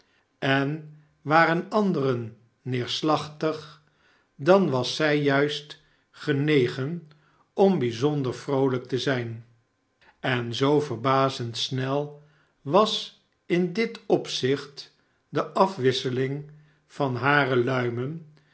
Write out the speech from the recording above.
en waren anderen neerslachtig dan was zij juist genegen om bijzonder vroolijk te zijn en zoo verbazend snel was in dit opzicht de afwisseling van hare luimen